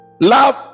Love